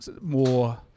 more